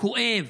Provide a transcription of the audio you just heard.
כואב,